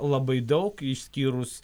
labai daug išskyrus